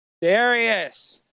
Darius